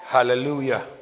Hallelujah